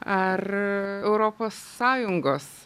ar europos sąjungos